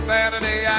Saturday